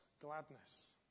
gladness